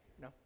No